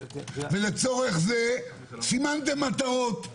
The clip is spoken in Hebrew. ולצורך זה סימנתם מטרות.